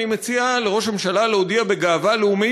אני מציע לראש הממשלה להודיע בגאווה לאומית